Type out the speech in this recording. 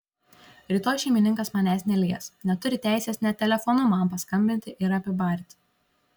rytoj šeimininkas manęs nelies neturi teisės net telefonu man paskambinti ir apibarti